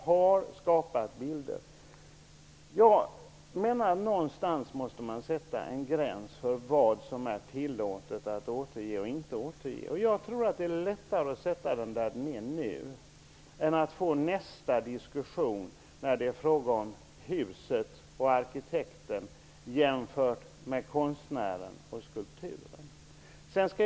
Jag menar att man någonstans måste sätta en gräns för vad som är tillåtet att återge och inte återge, och jag tror att det är bättre att behålla den gräns som vi nu har än att gå vidare och sedan få en diskussion där arkitekters förhållande till huset jämförs med konstnärens till skulpturen.